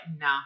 no